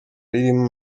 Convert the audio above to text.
ririmo